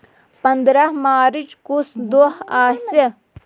پندرہ مارچ کُس دۄہ آسہِ